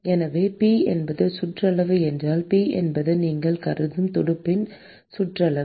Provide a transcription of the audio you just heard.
எனவே P என்பது சுற்றளவு என்றால் P என்பது நீங்கள் கருதும் துடுப்பின் சுற்றளவு